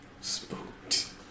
Spooked